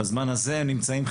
בזמן הזה הם נמצאים,